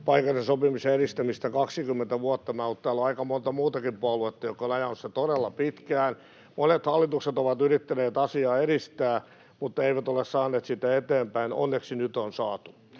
paikallisen sopimisen edistämistä 20 vuotta. Luulen, että täällä on aika monta muutakin puoluetta, jotka ovat ajaneet sitä todella pitkään. Monet hallitukset ovat yrittäneet asiaa edistää mutta eivät ole saaneet sitä eteenpäin. Onneksi nyt on saatu.